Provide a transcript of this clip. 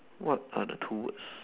what are the two words